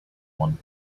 one